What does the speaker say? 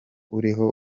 uriho